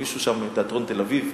מישהו שם מתיאטרון תל-אביב,